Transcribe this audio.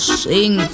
sing